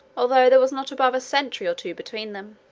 although there was not above a century or two between them.